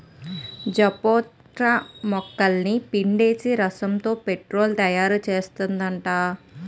jatropha మొక్కలని పిండేసి రసంతో పెట్రోలు తయారుసేత్తన్నారట